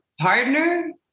partner